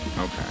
Okay